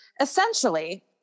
essentially